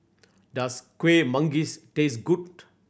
does Kueh Manggis taste good